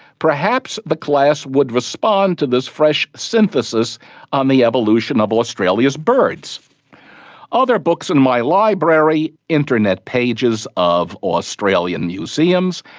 perhaps the class would respond to this fresh synthesis on the evolution of australia's birds other books in my library, internet pages of australian museums,